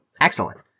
excellent